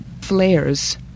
flares